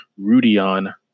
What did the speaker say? Rudion